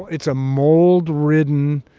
it's a mold-ridden,